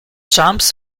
jumps